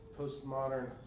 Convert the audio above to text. postmodern